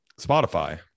Spotify